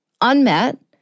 unmet